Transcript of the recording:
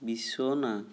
বিছনা